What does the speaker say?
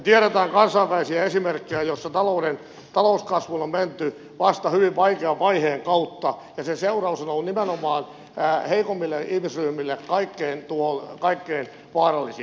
me tiedämme kansainvälisiä esimerkkejä joissa talouskasvuun on menty vasta hyvin vaikean vaiheen kautta ja sen seuraus on ollut nimenomaan heikommille ihmisryhmille kaikkein vaarallisin